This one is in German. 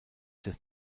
des